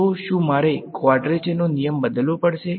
તો શું મારે કવાડ્રેચરના નિયમ બદલવો પડશે